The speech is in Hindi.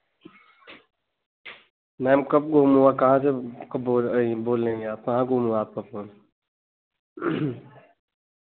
मैम कब गुम हुआ कहाँ से कब बो रैं बोल रही हैं आप कहाँ गुम हुआ आपका फोन